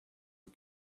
you